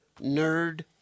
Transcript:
nerd